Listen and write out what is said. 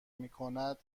میکند